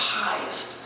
highest